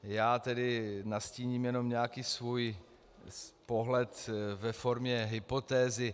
Já tedy nastíním jenom nějaký svůj pohled ve formě hypotézy.